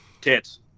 Tits